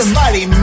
mighty